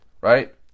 Right